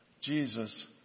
Jesus